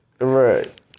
Right